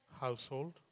household